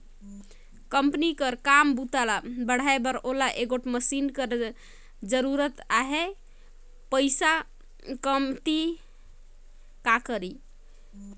Company कर काम बूता ल बढ़ाए बर ओला एगोट मसीन कर जरूरत अहे, पइसा कमती हे त का करी?